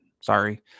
Sorry